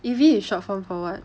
E_V is short form for what